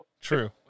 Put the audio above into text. true